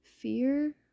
fear